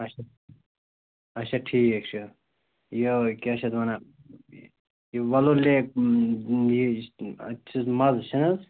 اَچھا اَچھا ٹھیٖک چھِ یہِ کیٛاہ چھِ اَتھ وَنان یہِ وۅلُر لیک یہِ اَتہِ چھِ مَزٕ چھِنہٕ حظ